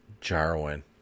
Jarwin